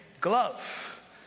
glove